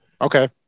Okay